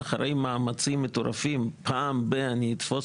שאחרי מאמצים מטורפים פעם ב- אני אתפוס